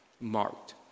marked